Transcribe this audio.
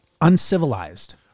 uncivilized